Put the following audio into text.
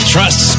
Trust